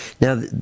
Now